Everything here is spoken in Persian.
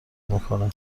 میکنه